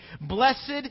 Blessed